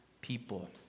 people